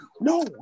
no